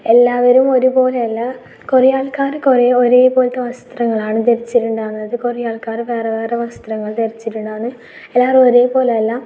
എല്ലാവരും ഒരുപോലെയല്ല കുറെ ആൾക്കാർ കുറേ ഒരേ പോലത്തെ വസ്ത്രങ്ങളാണ് ധരിച്ചിട്ടുണ്ടാകുന്നത് കുറേ ആൾക്കാർ വേറെ വേറെ വസ്ത്രങ്ങൾ ധരിച്ചിട്ടുണ്ടാകുന്നു എല്ലാവരും ഒരേ പോലെയല്ല